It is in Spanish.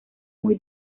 muy